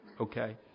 okay